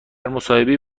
مصاحبهای